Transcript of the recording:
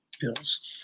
bills